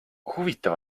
huvitav